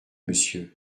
monsieur